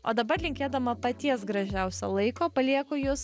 o dabar linkėdama paties gražiausio laiko palieku jus